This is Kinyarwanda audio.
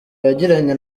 yagiranye